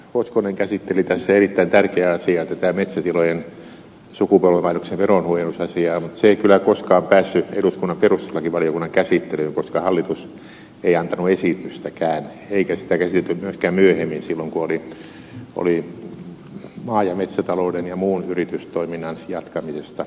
hoskonen käsitteli tässä erittäin tärkeää asiaa tätä metsätilojen sukupolvenvaihdoksen veronhuojennusasiaa mutta se ei kyllä koskaan päässyt eduskunnan perustuslakivaliokunnan käsittelyyn koska hallitus ei antanut esitystäkään eikä sitä käsitelty myöskään myöhemmin silloin kun oli maa ja metsätalouden ja muun yritystoiminnan jatkamisesta kysymys